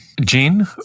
Jean